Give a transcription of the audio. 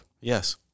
yes